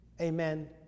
Amen